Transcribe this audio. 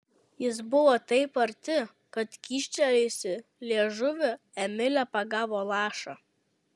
jis buvo taip arti kad kyštelėjusi liežuvį emilė pagavo lašą